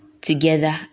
together